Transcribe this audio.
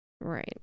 Right